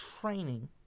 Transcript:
training